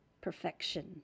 perfection